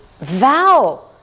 Vow